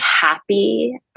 happy